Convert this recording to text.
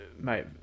mate